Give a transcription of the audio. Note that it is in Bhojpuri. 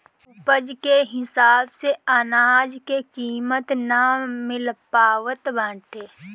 उपज के हिसाब से अनाज के कीमत ना मिल पावत बाटे